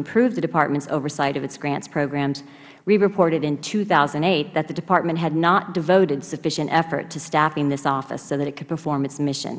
improve the departments oversight of its grants programs we reported in two thousand and eight that the department had not devoted sufficient effort to staffing this office so that it could perform its mission